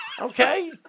Okay